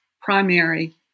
primary